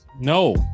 no